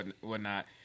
whatnot